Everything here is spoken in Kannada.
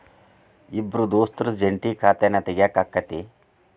ಇಬ್ರ ದೋಸ್ತರ ಜಂಟಿ ಖಾತಾನ ತಗಿಯಾಕ್ ಆಕ್ಕೆತಿ?